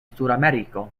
sudameriko